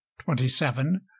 twenty-seven